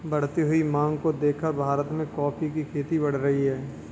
बढ़ती हुई मांग को देखकर भारत में कॉफी की खेती बढ़ रही है